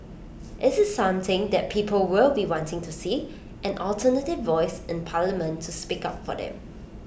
IT is something that people will be wanting to see an alternative voice in parliament to speak up for them